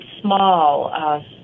small